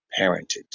parented